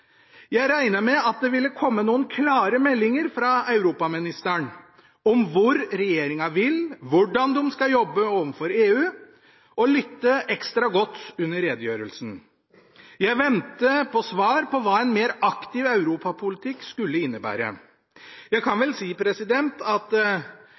Jeg regnet med at det ville komme noen klare meldinger fra europaministeren om hvor regjeringen vil, hvordan de skal jobbe overfor EU, og jeg lyttet derfor ekstra godt under redegjørelsen. Jeg ventet på svar på hva en mer aktiv europapolitikk skulle innebære. Jeg